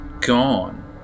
gone